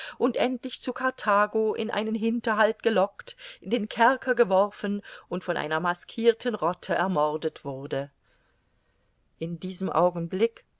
und endlich zu karthago in einen hinterhalt gelockt in den kerker geworfen und von einer maskirten rotte ermordet wurde in diesem augenblick